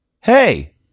Hey